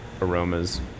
aromas